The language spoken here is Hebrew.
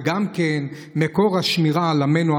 וגם מקור השמירה על עמנו,